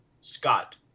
scott